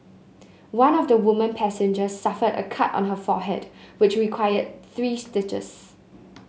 one of the woman passengers suffered a cut on her forehead which required three stitches